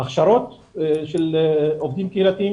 הכשרות של עובדים קהילתיים.